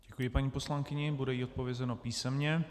Děkuji paní poslankyni, bude jí odpovězeno písemně.